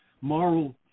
moral